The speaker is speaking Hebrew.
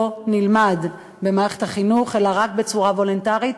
נלמד במערכת החינוך אלא רק בצורה וולונטרית,